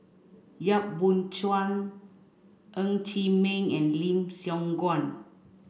Yap Boon Chuan Ng Chee Meng and Lim Siong Guan